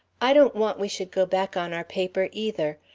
i don't want we should go back on our paper, either.